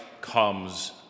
comes